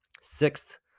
Sixth